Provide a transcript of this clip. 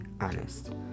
honest